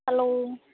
hello